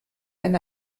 eine